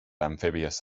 amphibious